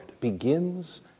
begins